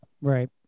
Right